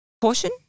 caution